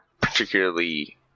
particularly